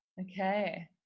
Okay